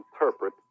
interpret